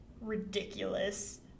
ridiculous